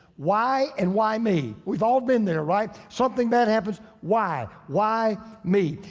why and why me? we've all been there, right? something bat happens, why, why me?